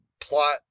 plot